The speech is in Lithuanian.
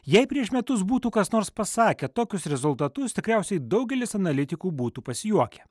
jei prieš metus būtų kas nors pasakę tokius rezultatus tikriausiai daugelis analitikų būtų pasijuokę